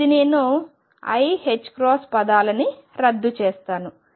ఇది నేను i పదాలని రద్దు చేస్తాను